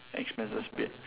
expenses paid